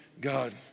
God